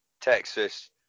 Texas